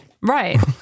Right